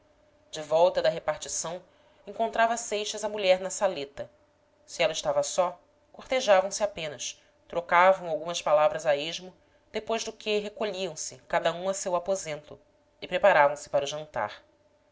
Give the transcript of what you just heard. de volta da repartição encontrava seixas a mulher na saleta se ela estava só cortejavam se apenas trocavam algumas palavras a esmo depois do que recolhiam se cada um a seu aposento e preparavam se para o jantar